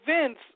Vince